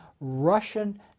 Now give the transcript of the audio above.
Russian